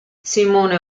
simone